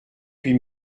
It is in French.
huit